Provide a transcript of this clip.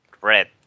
red